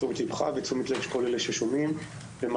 תשומת לבך ותשומת לב כל מי ששומעים ומאזינים,